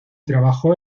trabajó